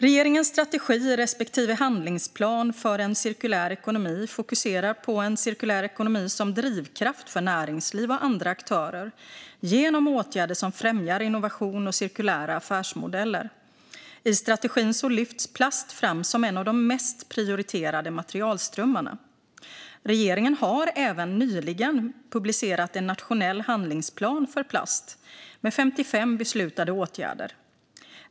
Regeringens strategi respektive handlingsplan för en cirkulär ekonomi fokuserar på cirkulär ekonomi som drivkraft för näringsliv och andra aktörer genom åtgärder som främjar innovation och cirkulära affärsmodeller. I strategin lyfts plast fram som en av de mest prioriterade materialströmmarna. Regeringen har även nyligen publicerat en nationell handlingsplan för plast med 55 beslutade åtgärder.